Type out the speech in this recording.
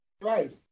right